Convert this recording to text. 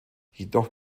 jedoch